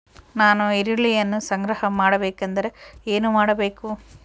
ನಾನು ಈರುಳ್ಳಿಯನ್ನು ಸಂಗ್ರಹ ಮಾಡಬೇಕೆಂದರೆ ಏನು ಮಾಡಬೇಕು?